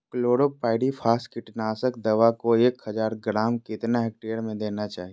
Chlorpyrifos कीटनाशक दवा को एक हज़ार ग्राम कितना हेक्टेयर में देना चाहिए?